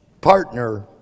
partner